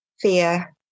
fear